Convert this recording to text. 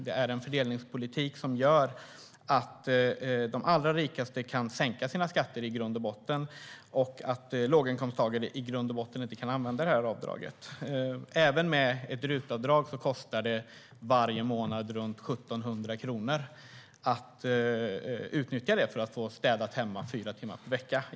Det är en fördelningspolitik som i grund och botten gör att de allra rikaste kan sänka sina skatter, medan låginkomsttagare inte kan använda det här avdraget. Med RUT-avdrag kostar det varje månad runt 1 700 kronor att få städat hemma fyra timmar per vecka.